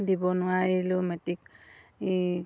দিব নোৱাৰিলোঁ মেট্ৰিক